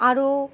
আরও